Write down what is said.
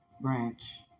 branch